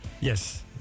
Yes